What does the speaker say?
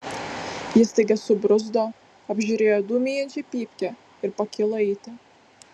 jis staiga subruzdo apžiūrėjo dūmijančią pypkę ir pakilo eiti